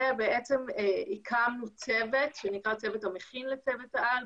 בעצם הקמנו צוות שנקרא צוות המכין לצוות העל,